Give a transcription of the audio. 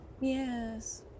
Yes